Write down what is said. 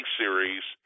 series